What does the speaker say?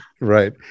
Right